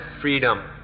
freedom